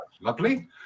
lovely